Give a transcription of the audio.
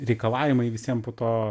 reikalavimai visiem po to